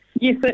Yes